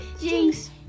jinx